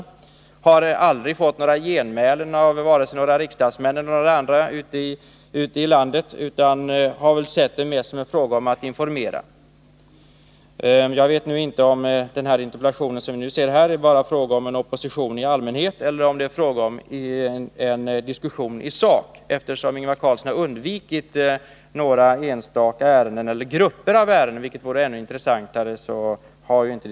Jag har aldrig fått några genmälen från vare sig riksdagsmän eller andra ute i landet, men jag har väl sett det hela mer som en informationsfråga. Jag vet inte om den interpellation som vi nu diskuterar här bara gäller opposition i allmänhet eller om det är fråga om en diskussion i sak, eftersom Ingvar Carlsson har undvikit att beröra enskilda ärenden, eller — något som hade varit ännu intressantare — grupper av ärenden.